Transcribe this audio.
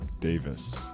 Davis